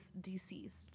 deceased